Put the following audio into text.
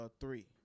Three